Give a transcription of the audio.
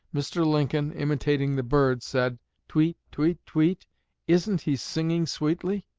mr. lincoln, imitating the bird, said tweet, tweet, tweet isn't he singing sweetly